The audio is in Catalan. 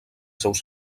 seus